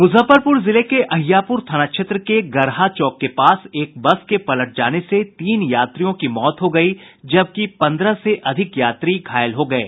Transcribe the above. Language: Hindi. मुजफ्फरपूर जिले के अहियापूर थाना क्षेत्र के गरहा चौक के पास एक बस के पलट जाने से तीन यात्रियों की मौत हो गयी जबकि पंद्रह से अधिक यात्री घायल हो गये